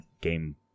game